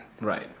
Right